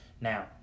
Now